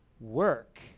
work